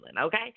okay